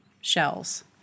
shells